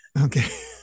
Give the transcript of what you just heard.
Okay